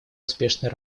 успешной